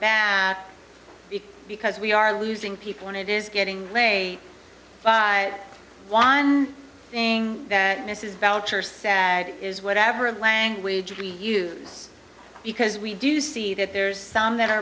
combat because we are losing people and it is getting way by one thing that mrs belcher sad is whatever language we use because we do see that there's some that are